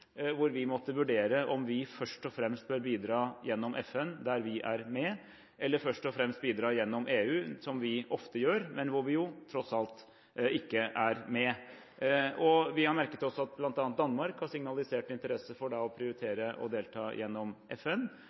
hvor vi måtte vurdere om vi først og fremst bør bidra gjennom FN, der vi er med, eller bidra først og fremst gjennom EU, som vi ofte gjør, men hvor vi tross alt ikke er med. Vi har merket oss at bl.a. Danmark har signalisert interesse for å prioritere å delta gjennom FN.